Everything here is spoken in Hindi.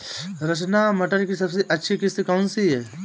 रचना मटर की सबसे अच्छी किश्त कौन सी है?